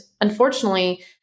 unfortunately